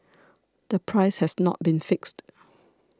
the price has not been fixed